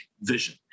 vision